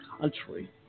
country